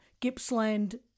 Gippsland